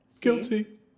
Guilty